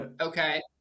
Okay